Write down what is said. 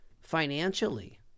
financially